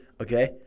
okay